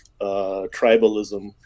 tribalism